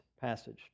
passage